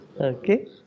Okay